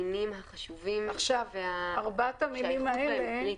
כי אלה המינים החשובים ושהאיכות בהם קריטית.